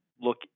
look